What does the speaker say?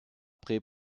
prêt